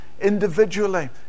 individually